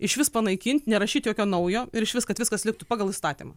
išvis panaikint nerašyt jokio naujo ir išvis kad viskas liktų pagal įstatymą